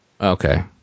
Okay